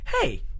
hey